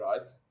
right